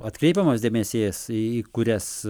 atkreipiamas dėmesys į į kurias